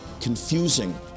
confusing